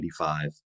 1985